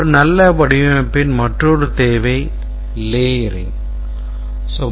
ஒரு நல்ல வடிவமைப்பின் மற்றொரு தேவை layering